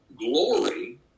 Glory